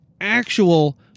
actual